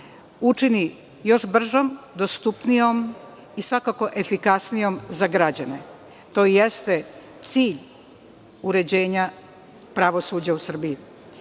učini još bržom, dostupnijom i svakako efikasnijom za građane. To jeste cilj uređenja pravosuđa u Srbiji.